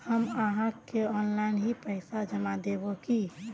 हम आहाँ के ऑनलाइन ही पैसा जमा देब की?